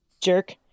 Jerk